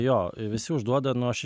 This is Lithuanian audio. jo visi užduoda nu aš